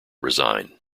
resign